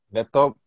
Laptop